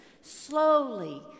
slowly